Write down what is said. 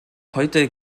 heute